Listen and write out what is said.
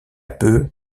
peu